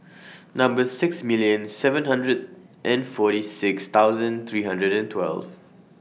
Number six million seven hundred and forty six thousand three hundred and twelve